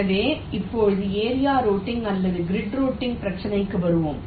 எனவே இப்போது area routing அல்லது கிரிட் ரூட்டிங் பிரச்சினைக்கு வருவோம்